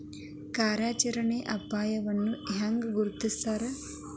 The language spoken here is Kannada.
ಕಾರ್ಯಾಚರಣೆಯ ಅಪಾಯವನ್ನ ಹೆಂಗ ಗುರ್ತುಸ್ತಾರ